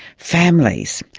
families.